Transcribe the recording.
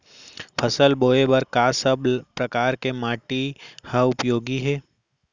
फसल बोए बर का सब परकार के माटी हा उपयोगी हे?